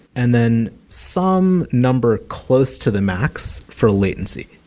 and then some number close to the max for latency.